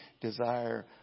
desire